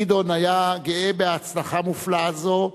גדעון היה גאה בהצלחה מופלאה זו,